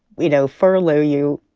you know, furlough you.